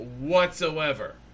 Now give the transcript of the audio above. whatsoever